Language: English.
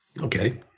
Okay